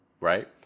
right